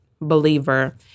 believer